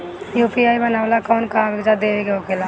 UPI बनावेला कौनो कागजात देवे के होखेला का?